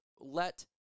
Let